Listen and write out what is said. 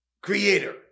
creator